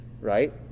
right